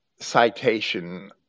citation